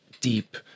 deep